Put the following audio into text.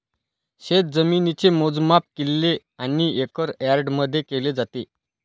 शेतजमिनीचे मोजमाप किल्ले आणि एकर यार्डमध्ये केले जाते